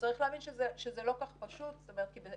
צריך להבין שזה לא כל כך פשוט כי באיזה